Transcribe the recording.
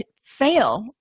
fail